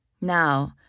Now